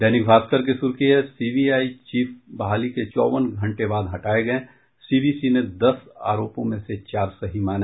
दैनिक भास्कर की सुर्खी है सीबीआई चीफ बहाली के चौवन घंटे बाद हटाये गये सीवीसी ने दस आरोपों में से चार सही माने